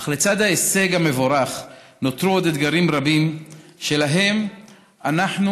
אך לצד ההישג המבורך נותרו עוד אתגרים רבים שלהם אנחנו,